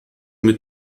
mit